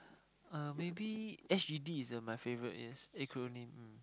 uh maybe S_G_D is my favorite yes acronym mm